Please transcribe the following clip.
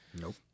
Nope